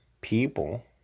people